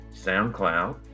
SoundCloud